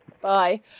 Bye